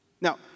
Now